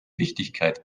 wichtigkeit